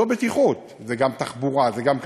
זו בטיחות, זה גם תחבורה, זה גם כלכלה,